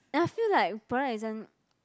and I feel like product design